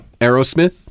Aerosmith